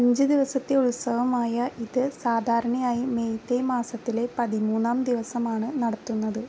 അഞ്ച് ദിവസത്തെ ഉത്സവമായ ഇത് സാധാരണയായി മെയ്തേയ് മാസത്തിലെ പതിമൂന്നാം ദിവസമാണ് നടത്തുന്നത്